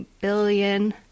billion